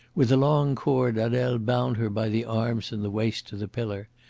with a long cord adele bound her by the arms and the waist to the pillar,